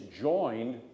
joined